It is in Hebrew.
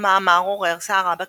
המאמר עורר סערה בכנסת,